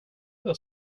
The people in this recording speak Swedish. vad